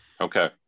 Okay